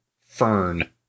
fern